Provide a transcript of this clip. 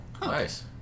nice